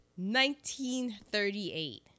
1938